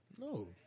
No